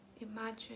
imagine